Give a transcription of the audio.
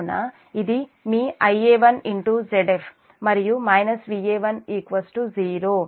కాబట్టి ఇది మీ Ia1Zf మరియు Va1 0